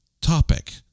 topic